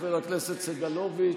חבר הכנסת סגלוביץ',